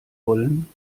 wollen